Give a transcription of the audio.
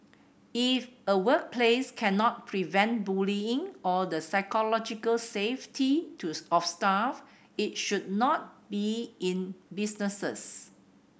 if a workplace cannot prevent bullying or the psychological safety to of staff it should not be in business